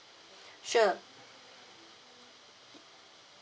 sure